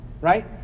right